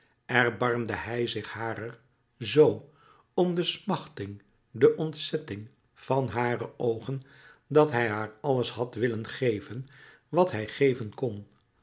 erbarmde hij zich harer zoo om de smachting de ontzetting van hare oogen dat hij haar alles had willen geven wat hij geven kon